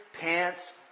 pants